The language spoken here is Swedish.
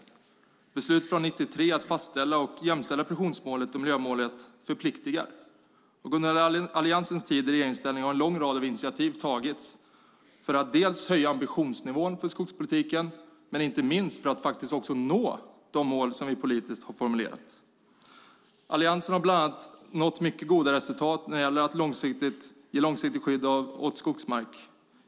Beslutet från 1993 att fastställa och jämställa produktionsmålet och miljömålet förpliktar, och under Alliansens tid i regeringsställning har en lång rad av initiativ tagits inte bara för att höja ambitionsnivån för skogspolitiken utan för att inte minst nå de mål som vi politiskt har formulerat. Alliansen har bland annat nått mycket goda resultat när det gäller att ge långsiktigt skydd åt skogsmark.